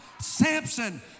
Samson